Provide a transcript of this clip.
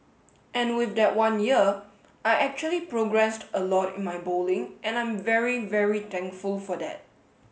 and with that one year I actually progressed a lot in my bowling and I'm very very thankful for that